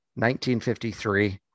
1953